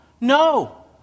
No